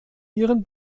ihren